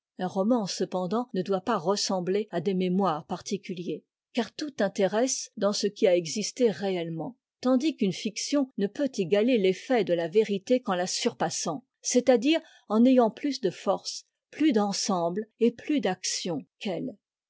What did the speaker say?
un roman cependant ne doit pas ressembler à des mémoires particuliers car tout intéresse dans ce qui a existé réettement tandis qu'une fiction ne peut égaler l'effet de la vérité qu'en la surpassant c'est-à-dire en ayant plus de force plus d'ensemble et plus d'action qu'elle